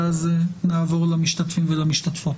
ואז נעבור למשתתפים ולמשתתפות.